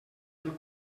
del